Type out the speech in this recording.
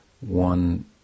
one